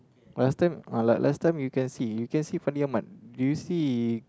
oh last time uh last time you can see you can see Fandi-Ahmad did you see he